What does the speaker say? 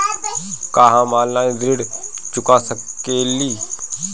का हम ऑनलाइन ऋण चुका सके ली?